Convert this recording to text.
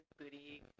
booty